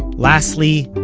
lastly,